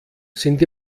sind